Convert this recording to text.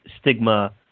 stigma